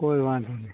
કોઇ વાંધો નહીં